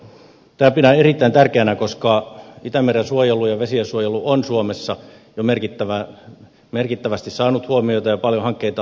tätä pidän erittäin tärkeänä koska itämeren suojelu ja vesiensuojelu on suomessa jo merkittävästi saanut huomiota ja paljon hankkeita on liikkeellä